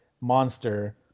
monster